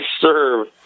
serve